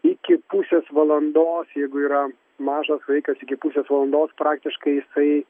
iki pusės valandos jeigu yra mažas vaikas iki pusės valandos praktiškai jisai